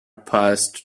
passed